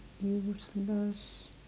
useless